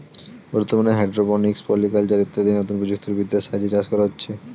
বর্তমানে hydroponics, polyculture ইত্যাদি নতুন প্রযুক্তি বিদ্যার সাহায্যে চাষ করা হচ্ছে